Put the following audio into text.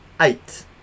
eight